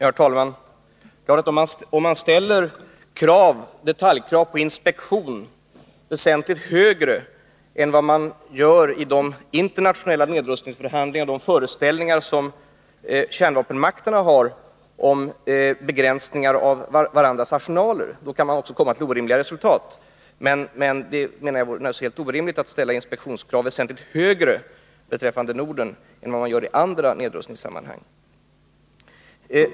Herr talman! Om man ställer detaljkraven på inspektion väsentligt högre än vad man gör i de internationella nedrustningsförhandlingarna och i de förhandlingar som kärnvapenmakterna har om begränsningar av varandras arsenaler, kan man också komma till orimliga resultat. Jag menar därför att det vore orimligt att ställa inspektionskravet väsentligt högre beträffande Norden än vad man gör i andra nedrustningssammanhang.